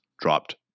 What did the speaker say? dropped